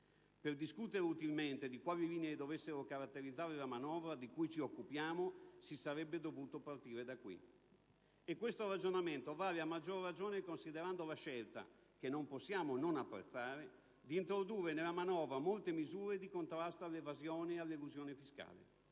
Per discutere utilmente di quali linee dovessero caratterizzare la manovra di cui ci occupiamo si sarebbe dovuto partire da qui. Questo ragionamento vale a maggior ragione considerando la scelta, che non possiamo non apprezzare, di introdurre nella manovra molte misure di contrasto all'evasione e all'elusione fiscale.